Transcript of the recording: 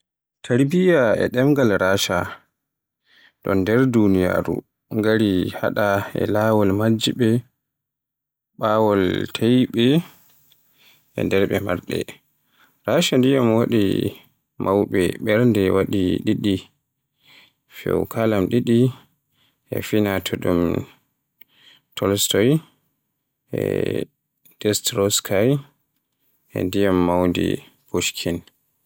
Tarbiya demgal Rasha ɗon nder duniyaru, ngari haɗa ha laawol majjibe, baawol leydi, e nder ɓe marɗe. Russia ndiyam waɗi mawɓe ɓernde waɗi ɗiɗi fow e kalam ɗiɗi e fina, no ɗum Tolstoy, Dostoevsky, Chekhov, e ndiyam mawni Pushkin.